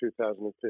2015